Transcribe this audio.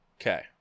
Okay